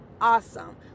awesome